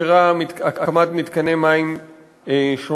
שאפשרה הקמת מתקני מים שונים.